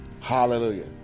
Hallelujah